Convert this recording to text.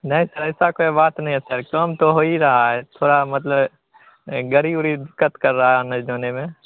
नहीं सर ऐसी कोई बात नहीं है सर काम तो हो ही रहा है थोड़ा मतलब गाड़ी उड़ी दिक्कत कर रही आने जाने में